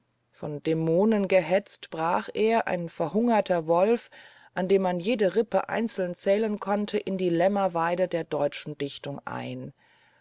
von dämonen gehetzt brach er ein verhungerter wolf an dem man jede rippe einzeln zählen konnte in die lämmerweide der deutschen dichtung ein